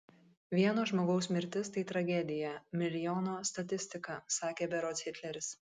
vieno žmogaus mirtis tai tragedija milijono statistika sakė berods hitleris